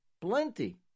Plenty